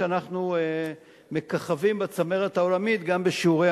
שאנחנו מככבים בצמרת העולמית גם בשיעורי